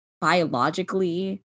biologically